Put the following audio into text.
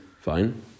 fine